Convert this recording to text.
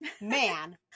man